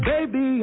Baby